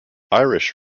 irish